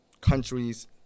countries